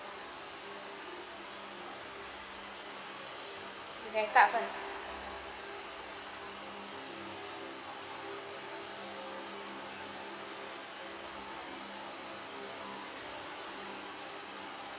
you can start first